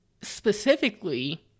specifically